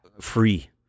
free